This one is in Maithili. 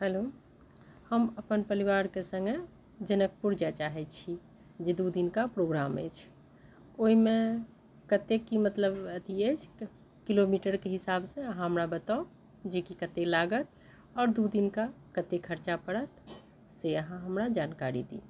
हैलो हम अपन परिवारके सङ्गे जनकपुर जाइ चाहै छी जे दू दिनका प्रोग्राम अछि ओइमे कते की मतलब अथी अछि किलोमीटरके हिसाबसँ अहाँ हमरा बताउ जेकि कते लागत आओर दू दिनका कते खर्चा पड़त से अहाँ हमरा जानकारी दी